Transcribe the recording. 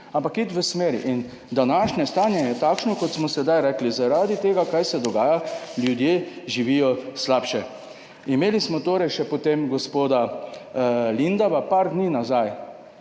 ampak iti v smeri. In današnje stanje je takšno, kot smo sedaj rekli, zaradi tega, kar se dogaja, ljudje živijo slabše. Imeli smo potem še gospoda Lindava. Par dni nazaj